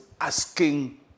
asking